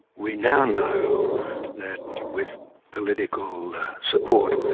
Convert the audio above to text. we now know that with political support,